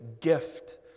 gift